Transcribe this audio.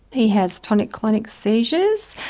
he has tonic-clonic seizures.